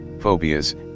phobias